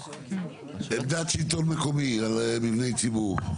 עמדת שלטון מקומי על מבני הציבור.